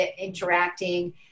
interacting